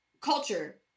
culture